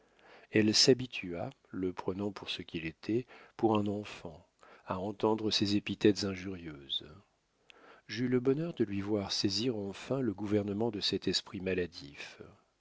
elle s'habitua le prenant pour ce qu'il était pour un enfant à entendre ses épithètes injurieuses j'eus le bonheur de lui voir saisir enfin le gouvernement de cet esprit maladif